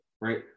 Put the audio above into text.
right